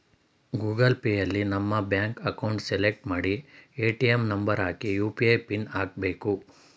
Google ಪೇಯಲ್ಲಿ ನಮ್ಮ bank account select ಮಾಡಿ ಎ.ಟಿ.ಎಂ ನಂಬರ್ ಹಾಕಿ ಯು.ಪಿ.ಐ ಪಿನ್ ಹಾಕ್ಬೇಕು